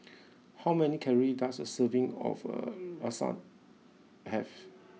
how many calories does a serving of a Lasagne have